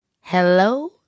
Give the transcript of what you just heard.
Hello